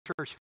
church